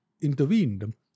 intervened